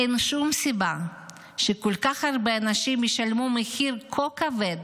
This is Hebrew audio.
אין שום סיבה שכל כך הרבה אנשים ישלמו מחיר כה כבד